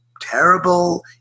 terrible